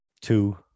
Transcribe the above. Two